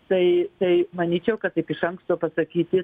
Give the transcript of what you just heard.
tai tai manyčiau kad taip iš anksto pasakyti